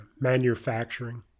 manufacturing